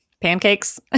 pancakes